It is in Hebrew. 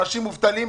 אנשים מובטלים.